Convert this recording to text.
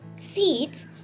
seeds